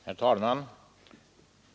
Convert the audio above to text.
Herr talman!